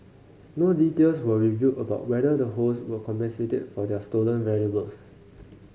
no details were revealed about whether the host were compensated for their stolen valuables